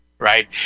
Right